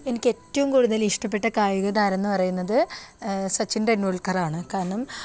എനിക്ക് ഏറ്റവും കൂടുതൽ ഇഷ്ടപ്പെട്ട കായിക താരം എന്ന് പറയുന്നത് സച്ചിൻ ടെണ്ടുൽക്കർ ആണ് കാരണം